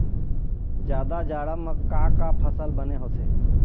जादा जाड़ा म का का फसल बने होथे?